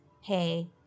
Hey